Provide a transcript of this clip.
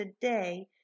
today